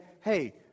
Hey